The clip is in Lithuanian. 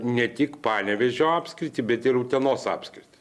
ne tik panevėžio apskritį bet ir utenos apskritį